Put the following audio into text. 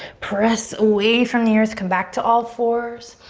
press away from the earth. come back to all fours.